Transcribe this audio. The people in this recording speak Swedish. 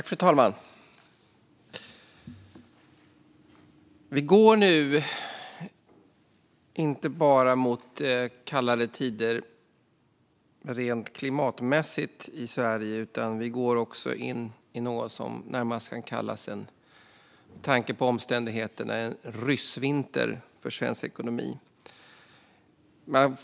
Fru talman! Sverige går nu mot kallare tider, inte bara rent klimatmässigt. Vi går också in i något som, med tanke på omständigheterna, närmast kan kallas en ryssvinter för svensk ekonomi.